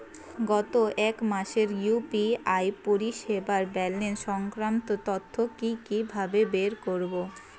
গত এক মাসের ইউ.পি.আই পরিষেবার ব্যালান্স সংক্রান্ত তথ্য কি কিভাবে বের করব?